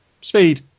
Speed